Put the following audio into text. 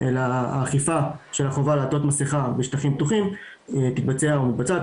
אלא האכיפה של החובה לעטות מסכה בשטחים פתוחים תתבצע או מתבצעת